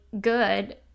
good